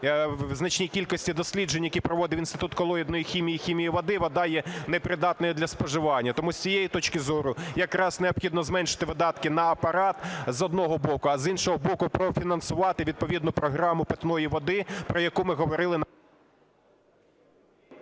в значній кількості досліджень, які проводив Інститут колоїдної хімії і хімії води, вода є непридатною до споживання. Тому з цієї точки зору якраз необхідно зменшити видатки на апарат, з одного боку, а з іншого боку, профінансувати відповідну програму питної води, про яку ми говорили на...